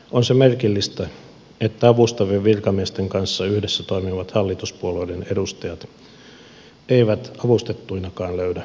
on se merkillistä että avustavien virkamiesten kanssa yhdessä toimivat hallituspuolueiden edustajat eivät avustettuinakaan löydä uusia ratkaisuja